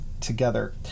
together